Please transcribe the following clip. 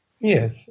Yes